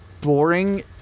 boring